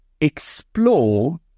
explore